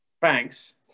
Thanks